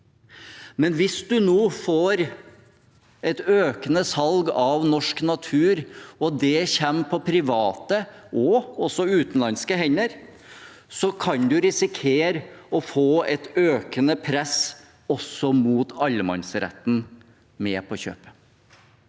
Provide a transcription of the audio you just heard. men hvis vi nå får et økende salg av norsk natur og det kommer på private og også utenlandske hender, kan vi risikere å få et økende press også mot allemannsretten med på kjøpet.